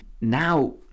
Now